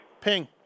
Ping